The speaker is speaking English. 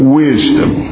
wisdom